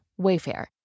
Wayfair